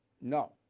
No